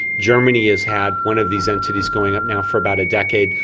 germany has had one of these entities going up now for about a decade.